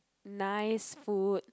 nice food